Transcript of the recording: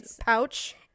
pouch